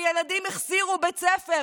הילדים החסירו בית ספר,